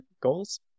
goals